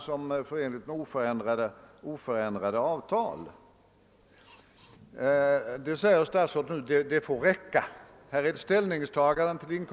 Det är detsamma som att ha oförändrade avtal. Statsrådet säger nu att det får räcka. Redan det är ett ställningstagande.